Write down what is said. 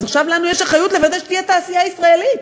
אז עכשיו לנו יש אחריות לוודא שתהיה תעשייה ישראלית.